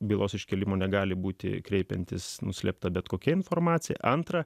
bylos iškėlimo negali būti kreipiantis nuslėpta bet kokia informacija antra